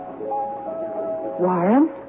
Warren